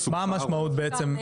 הכיוון,